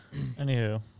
Anywho